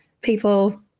people